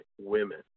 Women